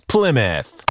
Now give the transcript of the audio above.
Plymouth